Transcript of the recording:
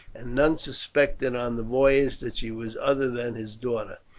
and none suspected on the voyage that she was other than his daughter.